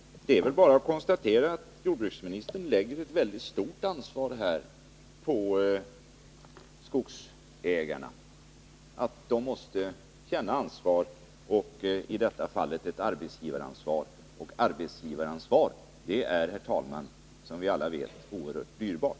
Det är bara att konstatera att jordbruksministern lägger ett väldigt stort ansvar på skogsägarna. De måste känna ansvar, anser jordbruksministern, i det här fallet arbetsgivaransvar. och arbetsgivaransvar är, herr talman, som vi alla vet oerhört dyrbart.